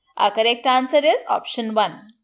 ah correct answer is option one.